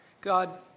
God